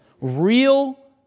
Real